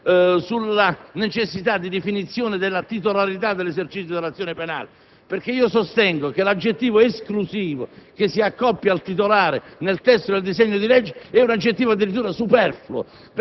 Non si tratta purtroppo di riferimenti che riguardano soltanto la Basilicata; basterebbe andare, per un secondo soltanto, a quello che ci viene propinato, in tema di incompetenza ubiqua ed ecumenica,